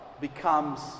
becomes